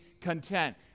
content